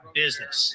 business